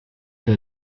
der